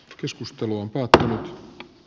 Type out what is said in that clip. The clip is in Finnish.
keskusteluun pujota